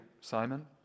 Simon